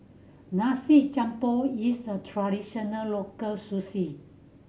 nasi is a traditional local cuisine